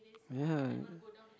ya